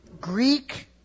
Greek